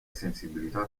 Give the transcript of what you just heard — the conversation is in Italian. sensibilità